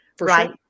right